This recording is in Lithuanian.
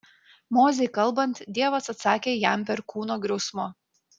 mozei kalbant dievas atsakė jam perkūno griausmu